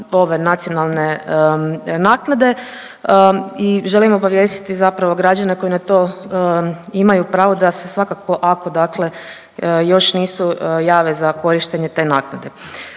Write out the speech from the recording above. ove nacionalne naknade i želim obavijestiti zapravo građane koji na to imaju pravo da se svakako, ako dakle još nisu, jave za korištenje te naknade.